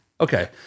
Okay